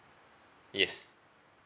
yes